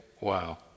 wow